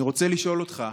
אני רוצה לשאול אותך,